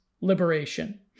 liberation